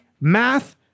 math